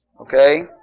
Okay